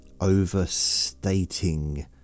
overstating